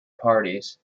parties